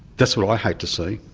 that's what i hate to see.